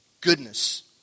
goodness